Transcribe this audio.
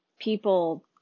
people